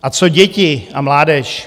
A co děti a mládež?